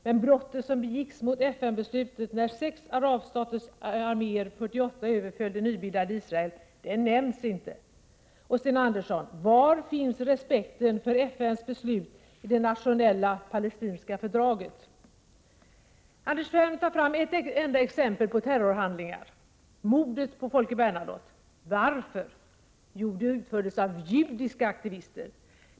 Men brottet som begicks mot FN-beslutet, när sex arabstaters arméer 1948 överföll det nybildade Israel nämns inte. Och Sten Andersson, var finns respekten för FN:s beslut i Det nationella palestinska fördraget? Anders Ferm tar fram ett enda exempel på terrorhandlingar: mordet på Folke Bernadotte. Varför? Jo, det utfördes av judiska aktivister.